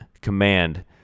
command